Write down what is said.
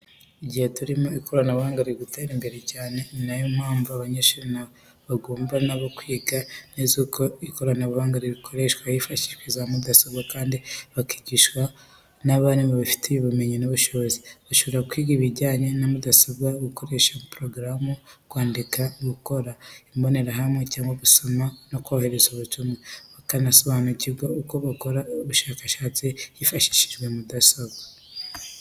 Igihe turimo ikoranabuhanga riri gutera imbere cyane, ni na yo mpamvu abanyeshuri bagomba na bo kwiga neza uko ikoranabuhanga rikora bifashishije za mugasobwa kandi bakigishwa n'abarimu babifitiye ubumenyi n'ubushobozi. Bashobora kwiga ibijyanye na mudasobwa, gukoresha porogaramu, kwandika, gukora imbonerahamwe cyangwa gusoma no kohereza ubutumwa. Bakanasobanukirwa uko bakora ubushakashatsi bifashishije mudasobwa.